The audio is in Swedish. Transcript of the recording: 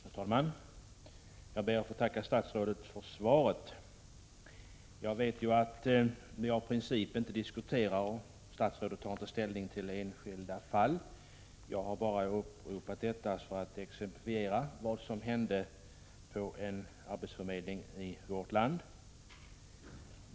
Herr talman! Jag ber att få tacka statsrådet för svaret, men vet att statsrådet i princip inte tar ställning till enskilda fall. Jag har bara velat redogöra för vad som hände på en arbetsförmedling i vårt land.